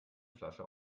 flasche